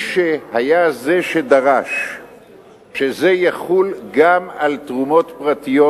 מי שדרש שזה יחול גם על תרומות פרטיות,